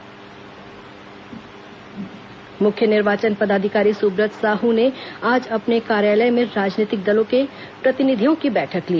सुब्रत साहू बैठक मुख्य निर्वाचन पदाधिकारी सुब्रत साहू ने आज अपने कार्यालय में राजनीतिक दलों के प्रतिनिधियों की बैठक ली